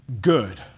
good